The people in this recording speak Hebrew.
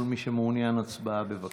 כל מי שמעוניין, הצבעה, בבקשה.